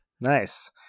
Nice